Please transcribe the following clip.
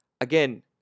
again